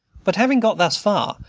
but, having got thus far,